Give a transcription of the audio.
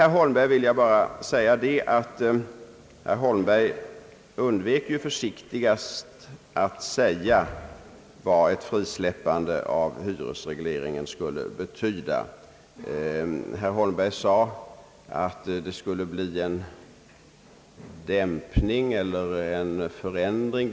Herr Holmberg undvek ju försiktigt nog att ange vad ett frisläppande av hyresregleringen skulle betyda. Herr Holmberg sade att det skulle bli en dämpning eller en förändring.